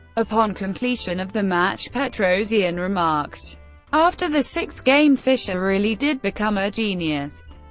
upon completion of the match, petrosian remarked after the sixth game fischer really did become a genius.